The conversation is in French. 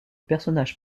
personnage